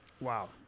Wow